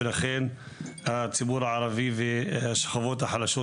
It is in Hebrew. ולכן הציבור הערבי והשכבות החלשות